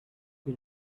you